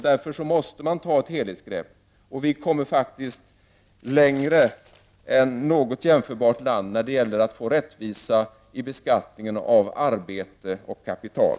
Därför måste man ta ett helhetsgrepp. Vi kommer faktiskt längre än något jämförbart land när det gäller att åstadkomma rättvisa i beskattningen av arbete och kapital.